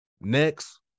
Next